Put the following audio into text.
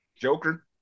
Joker